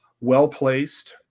well-placed